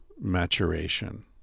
maturation